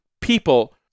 people